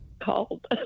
Called